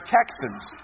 Texans